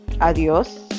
adios